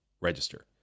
register